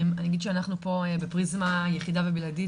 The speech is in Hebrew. אני אגיד שאנחנו פה בפריזמה היחידה והבלעדית